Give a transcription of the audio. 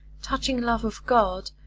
touching love of god,